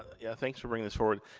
yeah thanks for bringing this forward.